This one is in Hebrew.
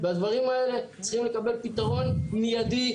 והדברים האלה צריכים לקבל פתרון מיידי.